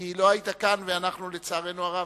כי לא היית כאן, ואנחנו, לצערנו הרב,